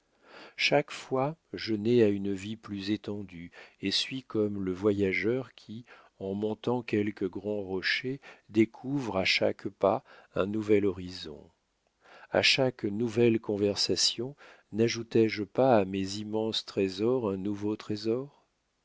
chaque fois je nais à une vie plus étendue et suis comme le voyageur qui en montant quelque grand rocher découvre à chaque pas un nouvel horizon a chaque nouvelle conversation najoutai je pas à mes immenses trésors un nouveau trésor